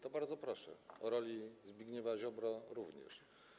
To bardzo proszę, o roli Zbigniewa Ziobry również.